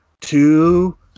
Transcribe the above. two